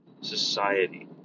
society